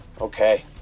Okay